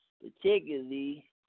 particularly